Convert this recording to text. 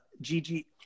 Gigi